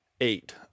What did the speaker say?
eight